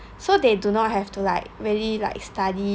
so they do not have to like really like study